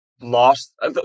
lost